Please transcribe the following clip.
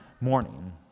morning